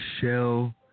shell